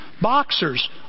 boxers